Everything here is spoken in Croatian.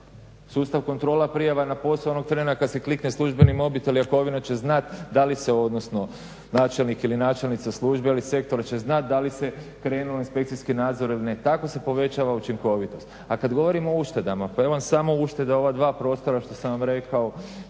Sustav kontrola prijava na posao onog trena kad se klikne službeni mobitel Jakovina će znat da li se odnosno načelnik ili načelnica službe ili sektor će znat da li se krenulo inspekcijski nadzor ili ne. Tako se povećava učinkovitost a kad govorimo u uštedama pa ja vam samo o ušteda ova dva prostora što sam vam rekao,